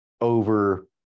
Over